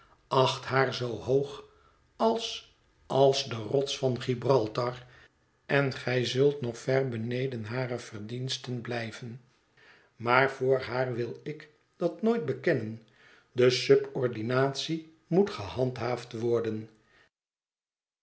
acht haar zoo hoog als als de rots van gibraltar en gij zult nog ver beneden hare verdiensten blijven maar voor haar wil ik dat nooit bekennen de surbordinatie moet gehandhaafd worden